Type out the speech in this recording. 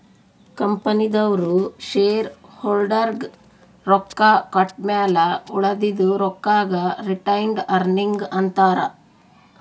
ಕಂಪನಿದವ್ರು ಶೇರ್ ಹೋಲ್ಡರ್ಗ ರೊಕ್ಕಾ ಕೊಟ್ಟಮ್ಯಾಲ ಉಳದಿದು ರೊಕ್ಕಾಗ ರಿಟೈನ್ಡ್ ಅರ್ನಿಂಗ್ ಅಂತಾರ